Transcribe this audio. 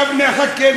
עכשיו נחכה.